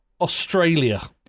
Australia